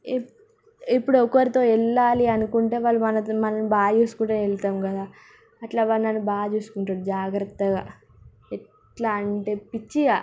ఇప్ ఇప్పుడు ఒకరితో వెళ్ళాలి అనుకుంటే వాళ్ళు మనతో మనలని బాగా చూసుకుంటే ఎల్తం కదా అట్లా వాడు నన్ను బాగా చూసుకుంటాడు జాగ్రత్తగా ఎట్లా అంటే పిచ్చిగా